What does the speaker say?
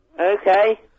Okay